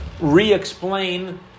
re-explain